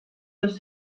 los